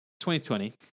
2020